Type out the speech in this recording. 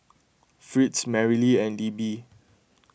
Fritz Merrily and Libby